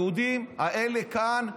היהודים האלה כאן,